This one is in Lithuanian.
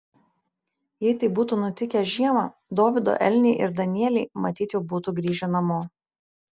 jei tai būtų nutikę žiemą dovydo elniai ir danieliai matyt jau būtų grįžę namo